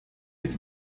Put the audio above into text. bis